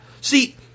See